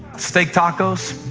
steak tacos.